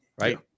Right